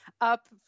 up